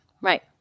Right